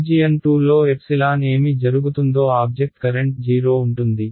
region 2 లో epsilon ఏమి జరుగుతుందో ఆబ్జెక్ట్ కరెంట్ 0 ఉంటుంది